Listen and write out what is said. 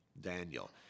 Daniel